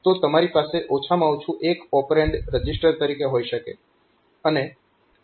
તો તમારી પાસે ઓછામાં ઓછું એક ઓપરેન્ડ રજીસ્ટર તરીકે હોઈ શકે છે